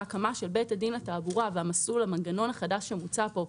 הקמה של בית הדין לתעבורה והמנגנון החדש שמוצע פה,